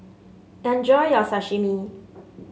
enjoy your Sashimi